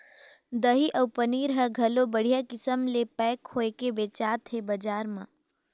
दही अउ पनीर हर घलो बड़िहा किसम ले पैक होयके बेचात हे बजार म